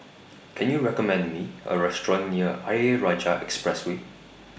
Can YOU recommend Me A Restaurant near Ayer Rajah Expressway